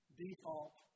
default